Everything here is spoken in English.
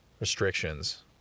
restrictions